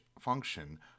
function